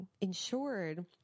insured